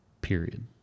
period